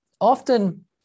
often